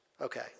okay